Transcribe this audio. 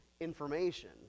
information